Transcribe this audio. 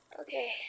Okay